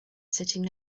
sitting